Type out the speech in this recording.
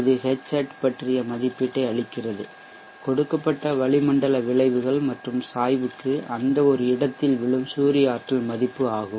இது Hat பற்றிய மதிப்பீட்டை அளிக்கிறது கொடுக்கப்பட்ட வளிமண்டல விளைவுகள் மற்றும் சாய்வுக்கு அந்த ஒரு இடத்தில் விழும் சூரிய ஆற்றல் மதிப்பு ஆகும்